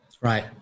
Right